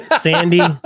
Sandy